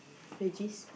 veggies